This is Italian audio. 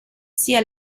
sia